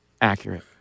accurate